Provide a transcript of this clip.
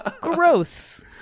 Gross